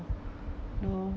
no